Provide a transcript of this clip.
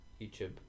YouTube